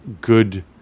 good